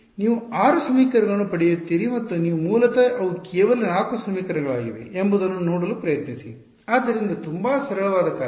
ನೀವು 6 ಸಮೀಕರಣಗಳನ್ನು ಪಡೆಯುತ್ತೀರಿ ಮತ್ತು ನೀವು ಮೂಲತಃ ಅವು ಕೇವಲ 4 ಸಮೀಕರಣಗಳಾಗಿವೆ ಎಂಬುದನ್ನು ನೋಡಲು ಪ್ರಯತ್ನಿಸಿ ಆದ್ದರಿಂದ ತುಂಬಾ ಸರಳವಾದ ಕಾರ್ಯ